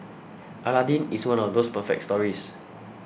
Aladdin is one of those perfect stories